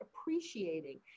appreciating